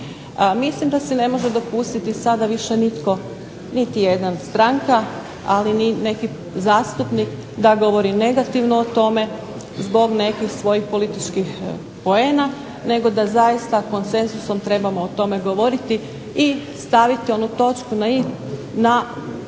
Mislim da se ne može dopustiti sada više nitko niti jedna stranka, a niti jedan zastupnik da govori negativno o tome zbog nekih svojih političkih poena, nego da konsenzusom trebamo o tome govoriti i staviti onu točku na i na